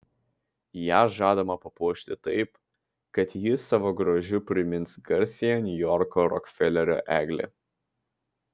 ją žadama papuošti taip kad ji savo grožiu primins garsiąją niujorko rokfelerio eglę